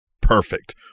perfect